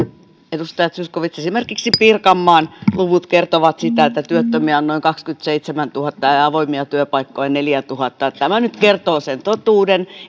edustaja zyskowicz esimerkiksi pirkanmaan luvut kertovat että työttömiä on noin kaksikymmentäseitsemäntuhatta ja ja avoimia työpaikkoja neljätuhatta tämä nyt kertoo sen totuuden